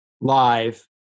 live